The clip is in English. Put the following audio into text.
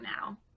now